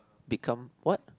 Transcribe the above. become what